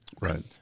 Right